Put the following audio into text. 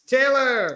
Taylor